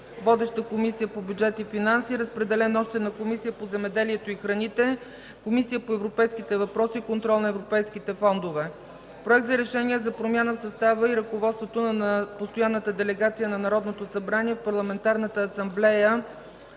Водеща е Комисията по бюджет и финанси. Разпределен е още на Комисията по земеделието и храните, Комисията по европейските въпроси и контрол на европейските фондове. Проект за решение за промяна в състава и ръководството на Постоянната делегация на Народното събрание в Парламентарната асамблея